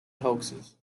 hoaxes